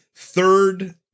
Third